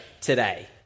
today